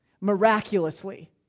miraculously